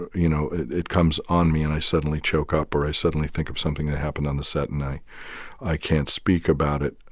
you know, it it comes on me, and i suddenly choke up. or i suddenly think of something that happened on the set, and i i can't speak about it.